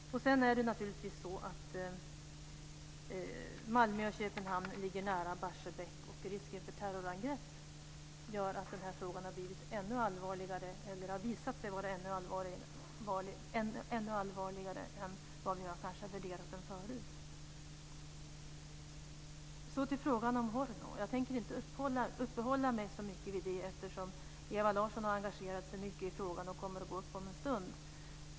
Sedan är det naturligtvis så att Malmö och Köpenhamn ligger nära Barsebäck, och risken för terrorangrepp har visat att denna fråga har blivit ännu allvarligare än vad vi kanske tidigare har trott. Så till frågan Horno. Jag tänker inte uppehålla mig så mycket vid den, eftersom Ewa Larsson har engagerat sig mycket i frågan och kommer att tala om det om en stund.